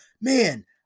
man